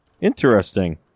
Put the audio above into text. Interesting